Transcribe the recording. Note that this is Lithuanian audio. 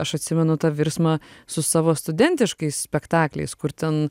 aš atsimenu tą virsmą su savo studentiškais spektakliais kur ten